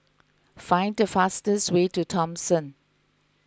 find the fastest way to Thomson